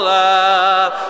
love